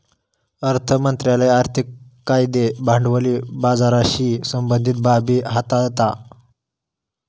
अर्थ मंत्रालय आर्थिक कायदे भांडवली बाजाराशी संबंधीत बाबी हाताळता